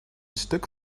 stuk